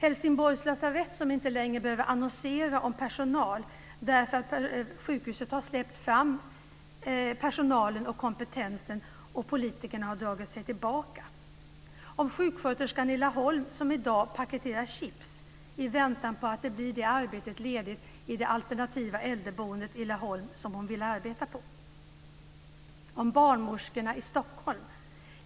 Helsingborgs lasarett behöver inte längre annonsera efter personal därför att sjukhuset har släppt fram personalen och kompetensen och politikerna har dragit sig tillbaka. En sjuksköterska i Laholm paketerar i dag chips i väntan på att ett arbete blir ledigt i det alternativa äldreboende i Laholm där hon vill arbeta.